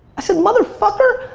i said, mother fucker,